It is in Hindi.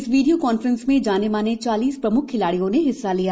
इस वीडियो कांफ्रेंस में जाने माने चालीस प्रम्ख खिलाडियों ने हिस्सा लिया